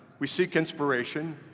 we seek inspiration,